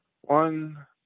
one